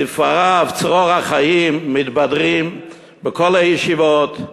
ספריו "צרור החיים" מתבדרים בכל הישיבות,